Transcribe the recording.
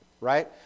right